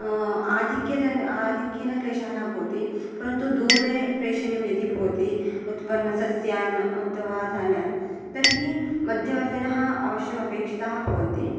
आधिक्येन आधिक्येन क्लेशः न भवति परन्तु दूरे प्रेषणीयं यदि भवति उत्पन्नसस्यानाम् अथवा धान्यानां तर्हि मध्यवर्तिनः अवश्यम् अपेक्षिता भवन्ति